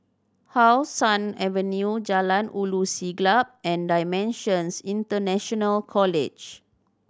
How Sun Avenue Jalan Ulu Siglap and Dimensions International College